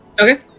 Okay